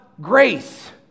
grace